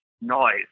noise